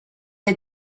had